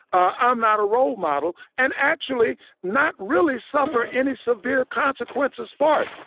i'm not a role model, and actually not really suffer any severe consequences for it